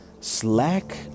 slack